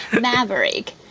Maverick